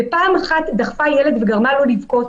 ופעם אחת היא דחפה ילד וגרמה לו לבכות,